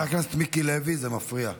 חבר הכנסת מיקי לוי, זה מפריע.